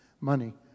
money